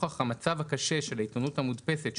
נוכח המצב הקשה של העיתונות המודפסת,